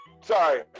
Sorry